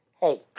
Hey